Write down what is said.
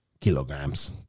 kilograms